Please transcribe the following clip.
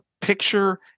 picture